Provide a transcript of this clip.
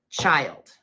child